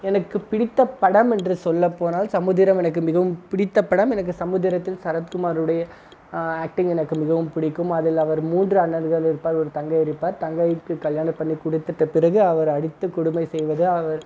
எனக்கு பிடித்த படம் என்று சொல்லப்போனால் சமுத்திரம் எனக்கு மிகவும் பிடித்த படம் எனக்கு சமுத்திரத்தில் சரத்குமாருடைய ஆக்ட்டிங் எனக்கு மிகவும் பிடிக்கும் அதில் அவர் மூன்று அண்ணன்கள் இருப்பார் ஒரு தங்கை இருப்பார் தங்கைக்கு கல்யாணம் பண்ணி கொடுத்துட்ட பிறகு அவர் அடித்து கொடுமை செய்வது அவர்